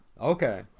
Okay